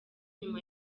nyuma